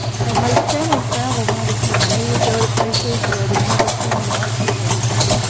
my family traveled all the time. we would go to places where they'd never seen white people before.